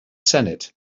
senate